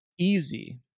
easy